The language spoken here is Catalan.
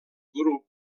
grup